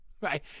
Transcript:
Right